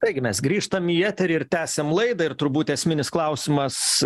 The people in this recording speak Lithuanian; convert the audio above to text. taigi mes grįžtam į eterį ir tęsiam laidą ir turbūt esminis klausimas